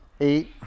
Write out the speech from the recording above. eight